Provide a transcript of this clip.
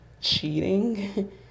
cheating